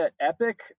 Epic